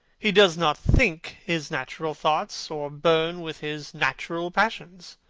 he does not think his natural thoughts, or burn with his natural passions.